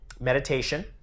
meditation